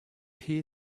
here